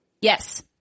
Yes